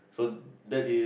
so that is